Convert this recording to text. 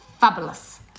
fabulous